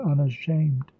unashamed